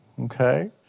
Okay